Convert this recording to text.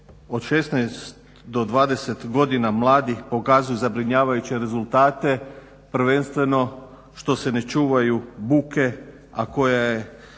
od 16 do 20 godina mladi pokazuju zabrinjavajuće rezultate prvenstveno što se ne čuvaju buke, a koja je